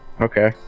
Okay